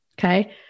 okay